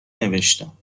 نوشتم